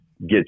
Get